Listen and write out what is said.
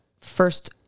first